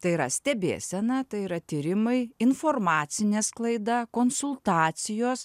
tai yra stebėsena tai yra tyrimai informacinė sklaida konsultacijos